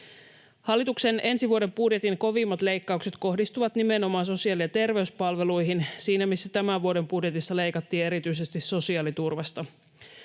Hallituksen ensi vuoden budjetin kovimmat leikkaukset kohdistuvat nimenomaan sosiaali- ja terveyspalveluihin siinä, missä tämän vuoden budjetissa leikattiin erityisesti sosiaaliturvasta: